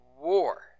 war